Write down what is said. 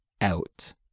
out